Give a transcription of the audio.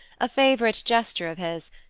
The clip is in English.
a favorite gesture of his,